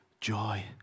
joy